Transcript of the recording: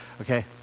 Okay